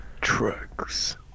trucks